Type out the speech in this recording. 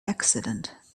accident